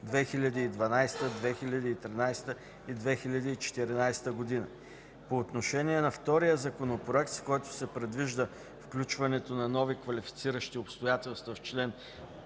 2012, 2013 и 2014 година. По отношение на втория Законопроект, с който се предвижда включването на нови квалифициращи обстоятелства в чл.